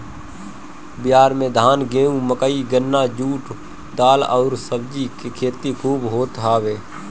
बिहार में धान, गेंहू, मकई, गन्ना, जुट, दाल अउरी सब्जी के खेती खूब होत हवे